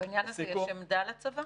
בעניין הזה יש עמדה לצבא?